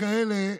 יש כאלה.